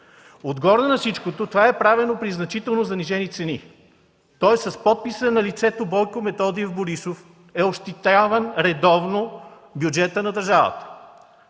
Отгоре на всичко това е правено при много занижени цени. Тоест с подписа на лицето Бойко Методиев Борисов редовно е ощетяван бюджетът на държавата.